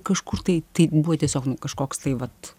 kažkur tai tai buvo tiesiog kažkoks tai vat